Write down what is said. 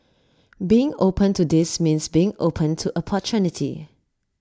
being open to this means being open to opportunity